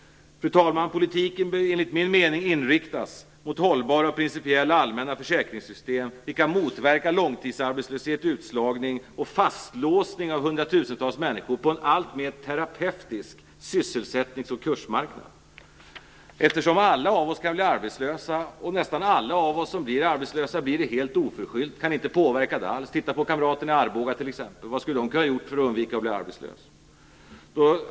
Fru talman! Politiken bör enligt min mening inriktas på hållbara och principiellt allmänna försäkringssystem, vilka motverkar långtidsarbetslöshet, utslagning och fastlåsning av hundratusentals människor på en alltmer terapeutisk sysselsättnings och kursmarknad. Eftersom vi alla kan bli arbetslösa och nästan alla som blir arbetslösa blir det helt oförskyllt utan att kunna påverka det alls - titta t.ex. på kamraterna i Arboga, vad skulle de ha kunnat göra för att undvika att bli arbetslösa?